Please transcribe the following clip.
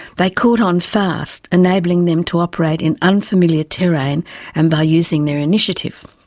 they caught on fast enabling them to operate in unfamiliar terrain and by using their initiative.